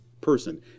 person